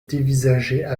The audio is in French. dévisageaient